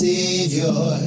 Savior